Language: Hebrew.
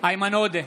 איימן עודה,